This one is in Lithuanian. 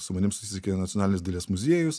su manim susisiekė nacionalinis dailės muziejus